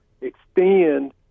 extend